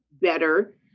better